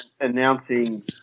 announcing